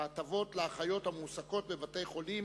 הטבות לאחיות המועסקות בבתי-חולים